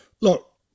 look